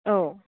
औ